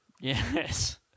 Yes